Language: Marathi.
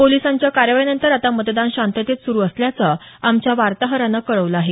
पोलिसांच्या कारवाईनंतर आता मतदान शांततेत सुरु असल्याचं आमच्या वार्ताहरानं कळवलं आहे